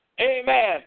amen